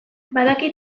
badakit